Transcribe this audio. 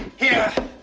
here.